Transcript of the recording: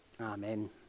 Amen